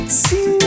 see